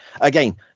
Again